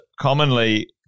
commonly